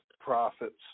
profits